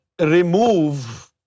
remove